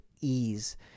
ease